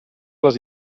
les